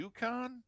UConn